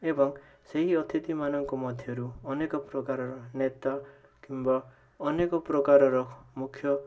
ଏବଂ ସେହି ଅତିଥିମାନଙ୍କ ମଧ୍ୟରୁ ଅନେକପ୍ରକାରର ନେତା କିମ୍ବା ଅନେକପ୍ରକାରର ମୁଖ୍ୟ